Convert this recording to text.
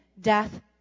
death